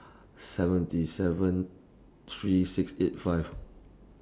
seventy seven three six eight five